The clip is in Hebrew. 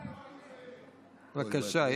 אדוני, באנו לעבוד, בבקשה.